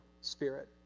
spirit